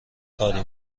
کاری